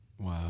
Wow